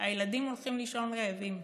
הילדים הולכים לישון רעבים.